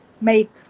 make